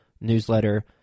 newsletter